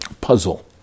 puzzle